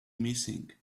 missing